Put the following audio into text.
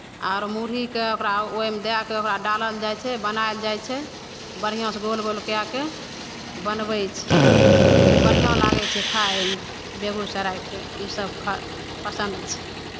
आर मुरहीकेँ ओकरा ओहिमे दए कऽ ओकरा डालल जाइ छै बनायल जाइ छै बढ़िआँसँ गोल गोल कए कऽ बनबै छै ओ बढ़िआँ लागै छै खाइमे बेगूसरायके इसभ फ पसन्द छै